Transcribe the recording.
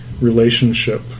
relationship